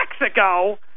Mexico